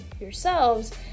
yourselves